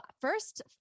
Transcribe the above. first